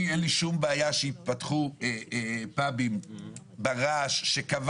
אני אין לי שום בעיה שיפתחו פאבים ברעש שקבע